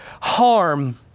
harm